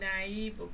naive